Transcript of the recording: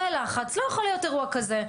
תאי לחץ לא יכול להיות אירוע כזה.